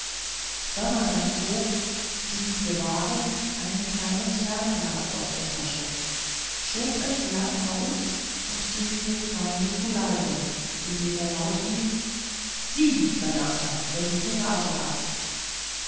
swammerdamm zog dies gewahrend ein kleines fernglas aus der tasche schob es lang aus und ging dem feinde zu leibe indem er laut rief zieh verdammter wenn du courage hast